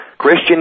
Christian